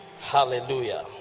Hallelujah